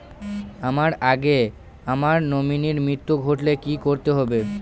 আমার আগে আমার নমিনীর মৃত্যু ঘটলে কি করতে হবে?